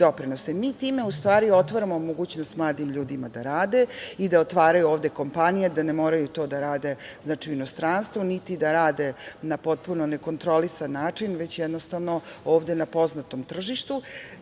Mi time u stvari otvaramo mogućnost mladim ljudima da rade i da otvaraju ovde kompanije, da ne moraju to da rade u inostranstvu, niti da rade na potpuno nekontrolisan način, već, jednostavno, ovde na poznatom tržištu